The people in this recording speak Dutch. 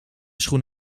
schoen